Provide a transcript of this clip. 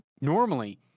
normally